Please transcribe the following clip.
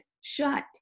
shut